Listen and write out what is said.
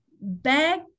bag